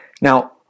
Now